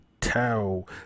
tell